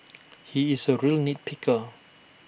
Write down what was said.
he is A real nit picker